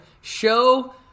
show